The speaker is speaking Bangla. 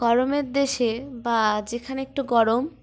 গরমের দেশে বা যেখানে একটু গরম